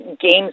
games